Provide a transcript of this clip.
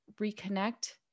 reconnect